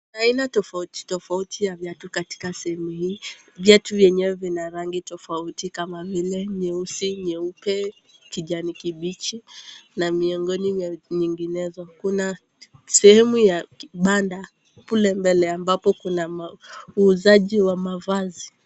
Aina tofauti tofauti ya viatu katika sehemu hii. Viatu vyenyewe vina rangi tofauti kama vile nyeusi, nyeupe, kijani kibichi na miongoni mwa nyinginezo. Kuna sehemu ya kibanda kule mbele, ambapo kuna, uuzaji wa mavazi.